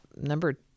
number